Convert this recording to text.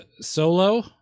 Solo